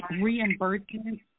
reimbursement